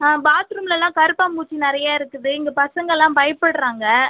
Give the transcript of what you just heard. பாத்ரூம்லலாம் கருப்பான் பூச்சு நிறைய இருக்குது இங்கே பசங்கள்லாம் பயப்புடுறாங்க